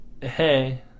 hey